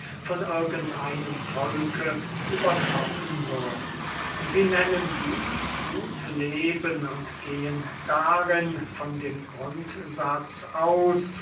von irgend einem volke übertroffen würden sie nennen dieß gut leben und gehen darin von dem grundsatz aus